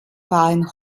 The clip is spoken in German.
waren